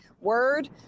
Word